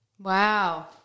Wow